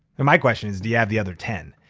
and my question is, do you have the other ten?